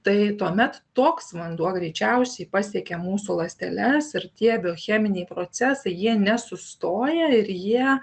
tai tuomet toks vanduo greičiausiai pasiekia mūsų ląsteles ir tie biocheminiai procesai jie nesustoja ir jie